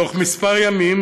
תוך מספר ימים,